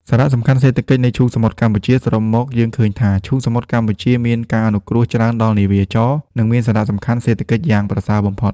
សារៈសំខាន់សេដ្ឋកិច្ចនៃឈូងសមុទ្រកម្ពុជា សរុបមក យើងឃើញថាឈូងសមុទ្រកម្ពុជាមានការអនុគ្រោះច្រើនដល់នាវាចរណ៍ និងមានសារៈសំខាន់សេដ្ឋកិច្ចយ៉ាងប្រសើរបំផុត។